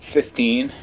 Fifteen